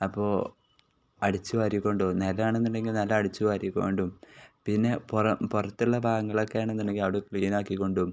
അപ്പോൾ അടിച്ച് വാരിക്കൊണ്ടും നിലം ആണെന്നുണ്ടെങ്കിൽ നല്ല അടിച്ചു വാരിക്കൊണ്ടും പിന്നെ പുറത്തുള്ള ബാഗുകളൊക്കെ ആണെന്നുണ്ടെങ്കിൽ അവിടെ ക്ലീൻ ആക്കിക്കൊണ്ടും